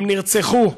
הם נרצחו,